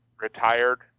retired